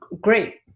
Great